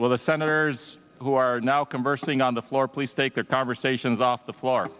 will the senators who are now conversing on the floor please take their conversations off the floor